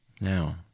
Now